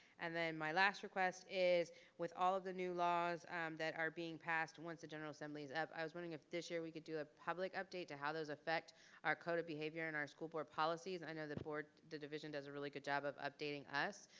and then my last request is with all of the new laws that are being passed once the general assemblies up i was wondering if this year we could do a public update to how those affect our code of behavior and our school board policies. i know the board division does a really good job of updating us,